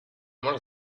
masz